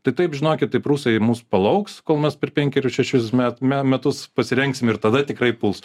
tai taip žinokit taip rusai ir mūsų palauks kol mes per penkerius šešis metų metus pasirengsim ir tada tikrai puls